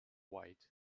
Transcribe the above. white